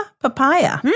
Papaya